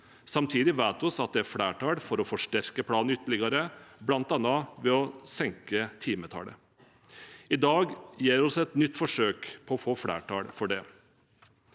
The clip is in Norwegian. Samtidig vet vi at det er flertall for å forsterke planen ytterligere, bl.a. ved å senke timetallet. I dag gjør vi et nytt forsøk på å få flertall for det.